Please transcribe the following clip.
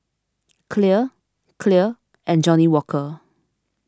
Clear Clear and Johnnie Walker